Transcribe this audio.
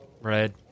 red